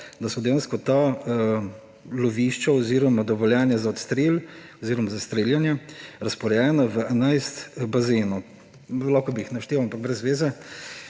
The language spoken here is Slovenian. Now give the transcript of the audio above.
da so dejansko ta lovišča oziroma dovoljenja za odstrel oziroma za streljanje razporejena v 11 bazenov. Lahko bi jih naštel ampak brez zveze.